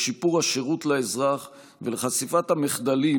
לשיפור השירות לאזרח ולחשיפת המחדלים